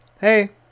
hey